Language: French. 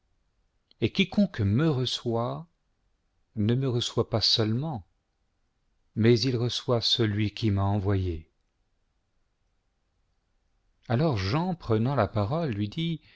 et quiconque me reçoit ne me reçoit pas seulement mais il reçoit celui qui m'a envoyé alors jean prenant la parole lui dit